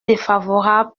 défavorable